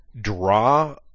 draw